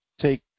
take